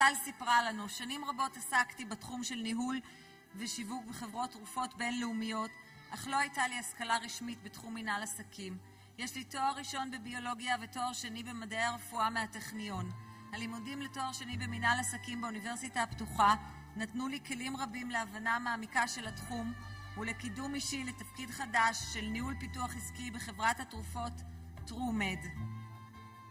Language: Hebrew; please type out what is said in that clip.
טל סיפרה לנו: שנים רבות עסקתי בתחום של ניהול ושיווק בחברות תרופות בינלאומיות, אך לא הייתה לי השכלה רשמית בתחום מנהל עסקים. יש לי תואר ראשון בביולוגיה, ותואר שני במדעי הרפואה מהטכניון. הלימודים לתואר שני במנהל עסקים באוניברסיטה הפתוחה, נתנו לי כלים רבים להבנה מעמיקה של התחום, ולקידום אישי לתפקיד חדש, של ניהול פיתוח עסקי בחברת התרופות תרומד.